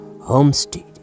homestead